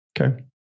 Okay